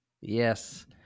Yes